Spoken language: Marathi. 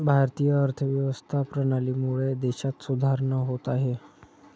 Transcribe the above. भारतीय अर्थव्यवस्था प्रणालीमुळे देशात सुधारणा होत आहे